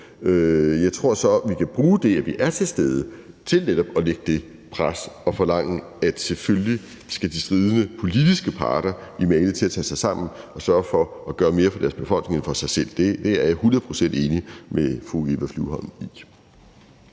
Jeg tror så, at vi kan bruge det, at vi er til stede, til netop at lægge det pres og forlange, at de stridende politiske parter i Mali selvfølgelig skal til at tage sig sammen og sørge for at gøre mere for deres befolkning end for sig selv. Det er jeg hundrede procent enig med fru Eva Flyvholm i.